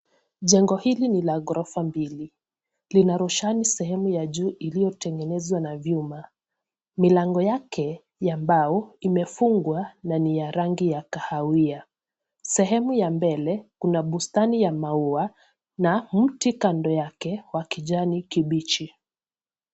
Jengo hili ni la ghorofa mbili, lina rushani sehemu ya juu iliyotengenezwa na vyuma. Milango yake ya mbao imefungwa na ni ya rangi ya kahawia . Sehemu ya mbele kuna bustani ya maua na mti kando yake ya kijani kibichi.